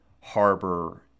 harbor